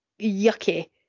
yucky